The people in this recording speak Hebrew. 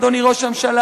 אדוני ראש הממשלה,